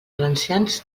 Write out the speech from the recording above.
valencians